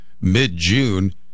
mid-June